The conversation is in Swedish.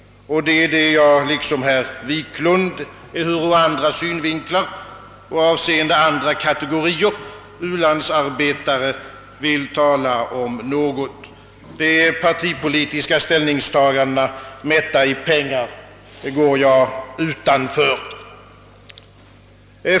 Det är detta som jag liksom herr Wiklund i Stockholm, ehuru ur andra synvinklar och avseende andra kategorier u-landsarbetare, vill tala något om. De partipolitiska ställningstagandena, mätta i pengar, går jag förbi.